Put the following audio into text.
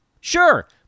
Sure